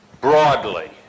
broadly